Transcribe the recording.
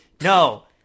no